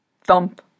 Thump